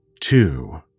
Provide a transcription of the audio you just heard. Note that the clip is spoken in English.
two